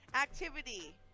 Activity